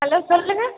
hello சொல்லுங்க